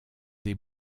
des